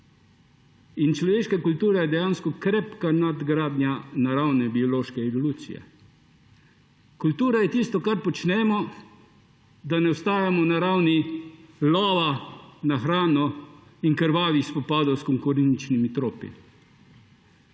Človeška kultura je dejansko krepka nadgradnja naravne biološke evolucije. Kultura je tisto, kar počnemo, da ne ostajamo na ravni lova na hrano in krvavih spopadov s konkurenčnimi tropi.